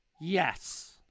yes